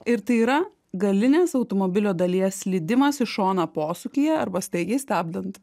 ir tai yra galinės automobilio dalies slydimas į šoną posūkyje arba staigiai stabdant